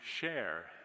share